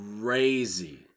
crazy